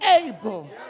able